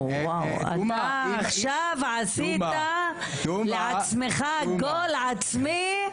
אתה עכשיו עשית לעצמך גול עצמי.